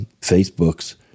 Facebook's